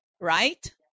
right